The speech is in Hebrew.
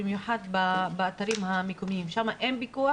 במיוחד באתרים המקומיים בהם אין פיקוח